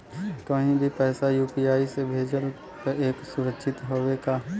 कहि भी पैसा यू.पी.आई से भेजली पर ए सुरक्षित हवे का?